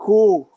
Cool